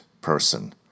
person